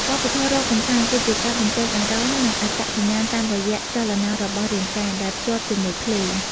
វប្បធម៌រាំកម្សាន្ត គឺជាការបញ្ចេញអារម្មណ៍ និងអត្តសញ្ញាណតាមរយៈចលនារបស់រាងកាយ ដែលភ្ជាប់ជាមួយភ្លេង។